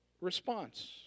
Response